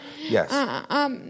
yes